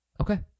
Okay